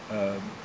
um